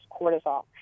cortisol